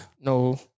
no